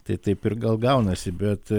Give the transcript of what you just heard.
tai taip ir gal gaunasi bet